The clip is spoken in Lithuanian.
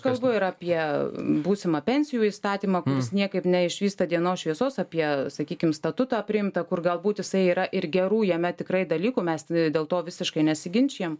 kalbu ir apie būsimą pensijų įstatymą kuris niekaip neišvysta dienos šviesos apie sakykim statutą priimtą kur galbūt jisai yra ir gerų jame tikrai dalykų mes i dėl to visiškai nesiginčijam